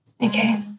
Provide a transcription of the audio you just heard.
Okay